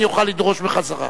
אני אוכל לדרוש בחזרה.